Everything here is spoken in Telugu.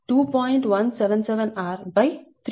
177r 3r 0